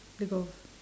the golf